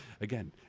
Again